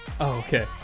okay